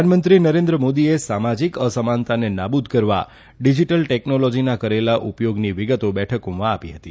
પ્રધાનમંત્રી નરેન્દ્રમોદીએ સામાજીક અસમાનતાને નાબૂદ કરવા ડિજીટલ ટેકનોલોજીના કરેલા ઉપયોગની વિગતો બેઠકમાં આપી હતી